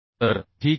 तर ठीक आहे